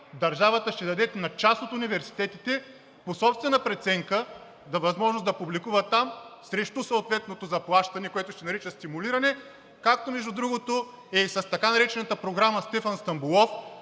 Държавата ще даде на част от университетите по собствена преценка възможност да публикуват там срещу съответното заплащане, което се нарича стимулиране, както, между другото, е и с така наречената програма „Стефан Стамболов“,